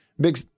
Big